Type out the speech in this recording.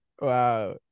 wow